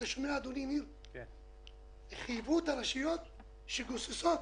חייבו את הרשויות שגוססות,